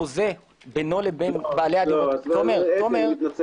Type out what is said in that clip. החוזה בינו לבין בעלי- -- מדובר פה